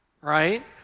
right